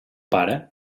pare